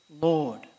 Lord